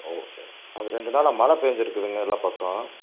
ஓ சரி அது ரெண்டு நாளாக மழை பேஞ்சி இருக்குதுங்க எல்லா பக்கம்